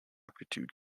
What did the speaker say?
aptitude